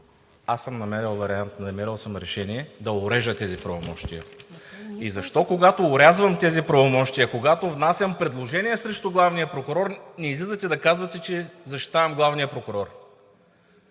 намерил съм решение да орежа тези правомощия. И защо, когато орязвам тези правомощия, когато внасям предложение срещу главния прокурор, не излизате да казвате, че защитавам главния прокурор?!